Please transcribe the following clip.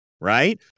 Right